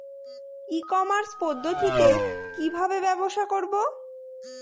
ই commerce পদ্ধতিতে কি ভাবে ব্যবসা করব?